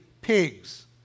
Pigs